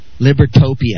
Libertopia